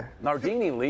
Nardini